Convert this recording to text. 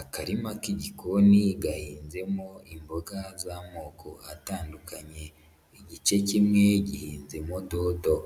Akarima k'igikoni gahinzemo imboga z'amoko atandukanye, igice kimwe gihinzemo dodo,